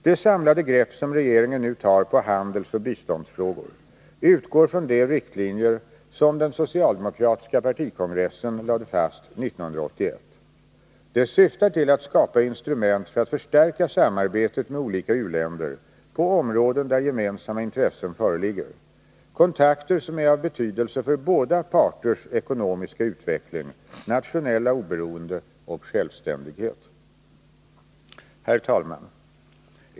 Det samlade grepp som regeringen nu tar på handelsoch biståndsfrågor utgår från de riktlinjer som den socialdemokratiska partikongressen lade fast 1981. De syftar till att skapa instrument för att förstärka samarbetet med olika u-länder på områden där gemensamma intressen föreligger — kontakter som är av betydelse för båda parters ekonomiska utveckling, nationella oberoende och självständighet. Herr talman!